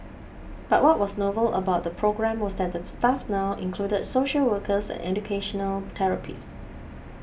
but what was novel about the programme was that the staff now included social workers and educational therapists